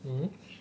mmhmm